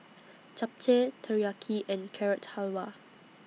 Japchae Teriyaki and Carrot Halwa